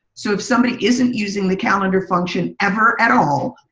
so if somebody isn't using the calendar function ever at all,